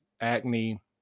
acne